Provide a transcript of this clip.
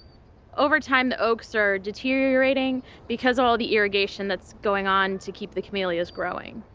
over time, the oaks are deteriorating because all the irrigation that's going on to keep the camellias growing.